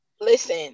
listen